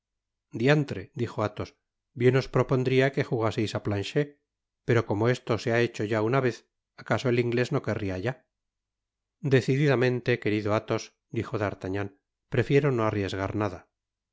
diantre dijo athos bien os propondria que jugaseisá planchet pero como esto se ha hecho ya una vez acaso el inglés no querría ya decididamente querido athos dijo d'artagnan prefiero no arriesgar nada es